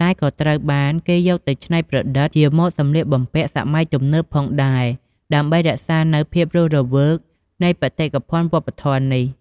តែក៏ត្រូវបានគេយកទៅច្នៃប្រឌិតជាម៉ូដសម្លៀកបំពាក់សម័យទំនើបផងដែរ ដើម្បីរក្សានូវភាពរស់រវើកនៃបេតិកភណ្ឌវប្បធម៌នេះ។